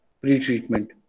pre-treatment